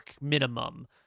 minimum